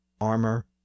armor